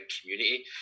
community